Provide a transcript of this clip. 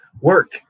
work